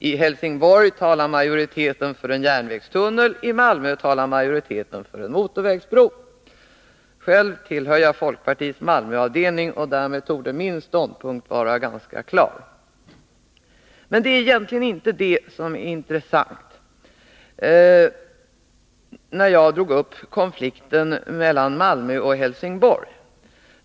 I Helsingborg talar majoriteten för en järnvägstunnel. I Malmö talar majoriteten för en motorvägsbro. Själv tillhör jag folkpartiets Malmöavdelning, och därmed torde det vara ganska klart vilken ståndpunkt jag intar. Men det är egentligen inte det som är det intressanta beträffande konflikten mellan Malmö och Helsingborg, som jag tagit upp.